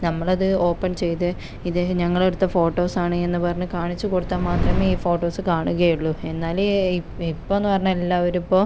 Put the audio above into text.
നമ്മളത് ഓപ്പൺ ചെയ്ത് ഇത് ഞങ്ങളെടുത്ത ഫോട്ടോസാണ് എന്ന് പറഞ്ഞ് കാണിച്ചു കൊടുത്താൽ മാത്രമേ ഈ ഫോട്ടോസ് കാണുകയുള്ളൂ എന്നാൽ ഇപ്പം എന്ന് പറഞ്ഞാൽ എല്ലാവരും ഇപ്പോൾ